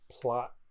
plot